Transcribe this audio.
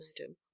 madam